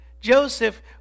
Joseph